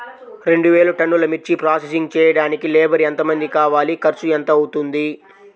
రెండు వేలు టన్నుల మిర్చి ప్రోసెసింగ్ చేయడానికి లేబర్ ఎంతమంది కావాలి, ఖర్చు ఎంత అవుతుంది?